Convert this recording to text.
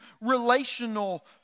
relational